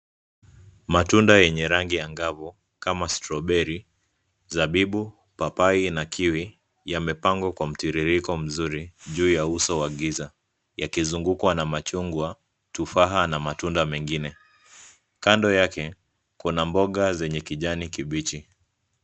Matunda yenye rangi angavu kama strawberry zabibu, papai na kiwi yamepwangwa kwa mtiririko mzuri juu ya uso wa giza; yakizungukwa na machungwa tufaha na matunda mengine. Kando yake kuna mboga zenye kijani kibichi.